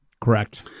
Correct